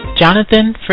Jonathan